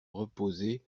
reposer